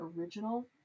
original